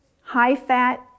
high-fat